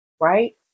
right